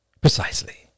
precisely